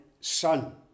son